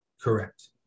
correct